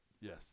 Yes